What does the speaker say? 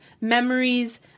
memories